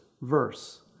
verse